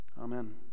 Amen